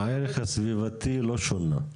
הערך הסביבתי לא שונה.